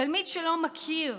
תלמיד שלא מכיר